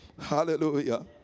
Hallelujah